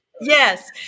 Yes